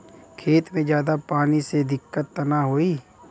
खेत में ज्यादा पानी से दिक्कत त नाही होई?